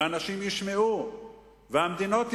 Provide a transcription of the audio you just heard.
ואנשים ישמעו,